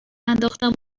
ننداختم